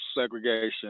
segregation